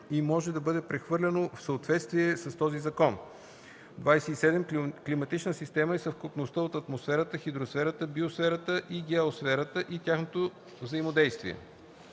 и може да бъде прехвърляно в съответствие с този закон. 27. „Климатична система” е съвкупността от атмосферата, хидросферата, биосферата и геосферата и тяхното взаимодействие.